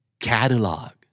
Catalog